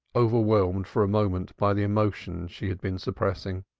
overwhelmed for a moment by the emotion she had been suppressing.